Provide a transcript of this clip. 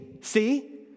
see